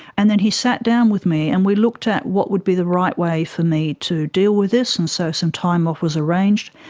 and then he sat down with me and we looked at what would be the right way for me to deal with this, and so some time off was arranged.